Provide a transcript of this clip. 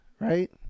right